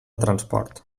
transport